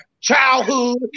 childhood